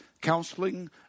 counseling